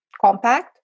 compact